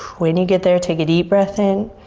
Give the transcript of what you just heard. when you get there, take a deep breath in